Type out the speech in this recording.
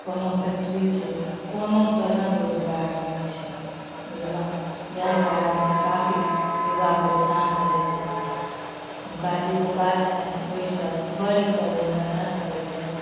कोनो फैक्ट्री छै कोनो तरहक रोजगार नहि छै बुझलहुँ जाहि कारणसँ काफी युवा परेशान रहय छथि हुनका जे औकात छनि ओइसँ बढ़ि कऽ ओ मेहनत करय छथि